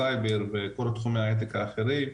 סייבר וכל תחומי ההיי טק האחרים.